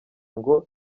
ngo